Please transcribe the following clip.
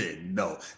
No